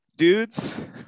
dudes